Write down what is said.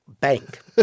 Bank